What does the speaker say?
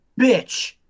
bitch